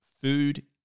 food